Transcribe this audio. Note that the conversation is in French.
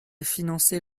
financer